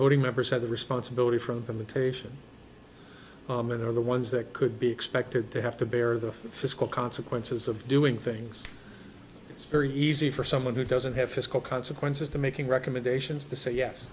voting members had the responsibility from military action where they're the ones that could be expected to have to bear the fiscal consequences of doing things it's very easy for someone who doesn't have fiscal consequences to making recommendations to say yes